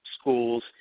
schools